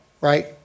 right